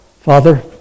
Father